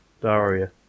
Daria